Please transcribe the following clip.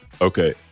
okay